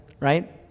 right